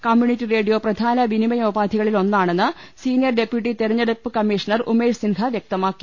community radio പ്രധാന വിനിമയോപാധികളിൽ ഒന്നാണെന്ന് സീനിയർ ഡെപ്യൂട്ടി തെരഞ്ഞെടുപ്പ് കമ്മീഷണർ ഉമേഷ് സിൻഹ വ്യക്തമാക്കി